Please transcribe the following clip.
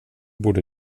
borde